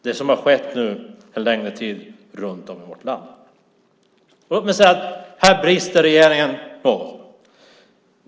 Låt mig säga att regeringen här brister något.